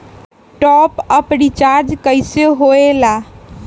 Top up recharge कइसे होएला?